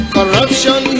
Corruption